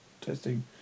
testing